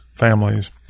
families